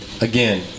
Again